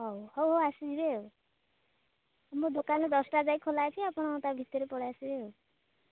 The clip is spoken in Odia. ହଉ ହଉ ହଉ ଆସିଯିବେ ଆଉ ମୋ ଦୋକାନ ଦଶଟା ଯାଏ ଖୋଲା ଅଛି ଆପଣ ତା ଭିତରେ ପଳାଇ ଆସିବେ ଆଉ